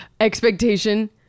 Expectation